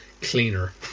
Cleaner